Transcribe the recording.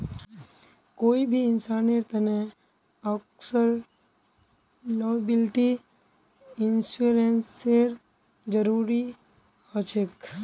कोई भी इंसानेर तने अक्सर लॉयबिलटी इंश्योरेंसेर जरूरी ह छेक